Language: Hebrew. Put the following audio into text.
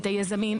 את היזמים,